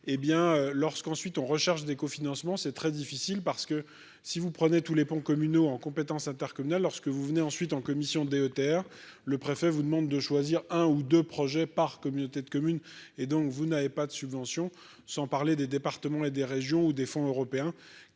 hé bien lorsqu'ensuite on recherche des cofinancements, c'est très difficile parce que si vous prenez tous les ponts communaux en compétence intercommunale lorsque vous venez ensuite en commission DETR le préfet vous demande de choisir un ou 2 projets par communauté de communes, et donc vous n'avez pas de subventions, sans parler des départements et des régions ou des fonds européens,